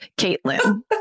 Caitlin